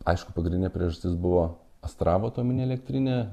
aišku pagrindinė priežastis buvo astravo atominė elektrinė